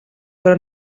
però